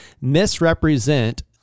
misrepresent